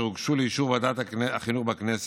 והן הוגשו לאישור ועדת החינוך בכנסת.